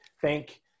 thank